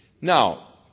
Now